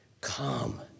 come